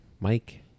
Mike